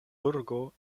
burgo